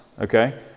Okay